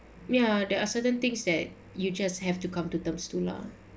ya there are certain things that you just have to come to terms to lah